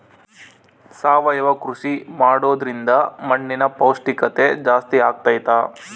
ಸಾವಯವ ಕೃಷಿ ಮಾಡೋದ್ರಿಂದ ಮಣ್ಣಿನ ಪೌಷ್ಠಿಕತೆ ಜಾಸ್ತಿ ಆಗ್ತೈತಾ?